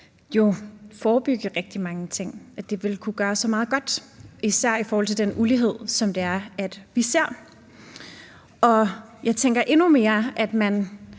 jo forebygge rigtig mange ting – at det ville kunne gøre så meget godt, især i forhold til den ulighed, som vi ser. Jeg tænker endnu mere, at man